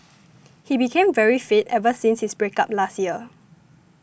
he became very fit ever since his break up last year